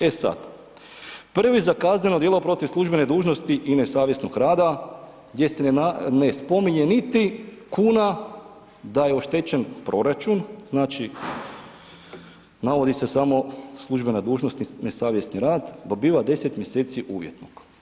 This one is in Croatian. E sad, prvi za kazneno djelo protiv službene dužnosti i nesavjesnog rada gdje se ne spominje niti kuna da je oštećen proračun, znači navodi se samo službena dužnosti i ne nesavjesni rad, dobiva 10 mj. uvjetnog.